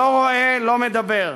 לא רואה, לא מדבר.